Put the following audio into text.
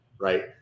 Right